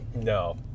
No